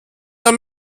der